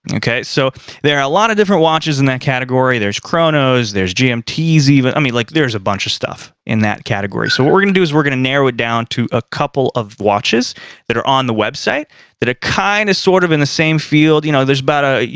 okay? so there are a lot of different watches in that category. there's chronos, there's gmts even. i mean, like there's a bunch of stuff in that category. so what we're gonna do is we're gonna narrow it down to a couple of watches that are on the website that are kind is sort of in the same field, you know. there's about a. you